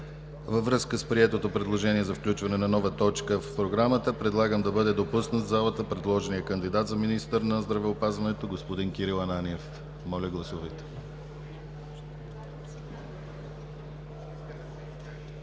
Във връзка с приетото предложение за включване на нова точка в програмата, предлагам да бъде допуснат в залата предложеният кандидат за министър на здравеопазването господин Кирил Ананиев. Моля, гласувайте. Гласували